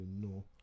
no